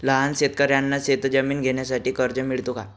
लहान शेतकऱ्यांना शेतजमीन घेण्यासाठी कर्ज मिळतो का?